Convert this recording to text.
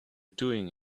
doing